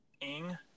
ing